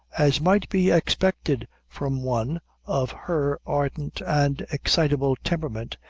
as might be expected from one of her ardent and excitable temperament,